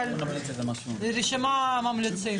אבל --- רשימת ממליצים.